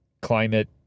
climate